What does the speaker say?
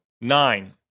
Nine